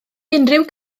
unrhyw